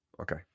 Okay